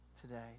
today